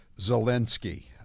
Zelensky